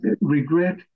regret